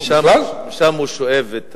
משם הוא שואב את